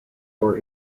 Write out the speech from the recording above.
for